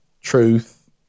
truth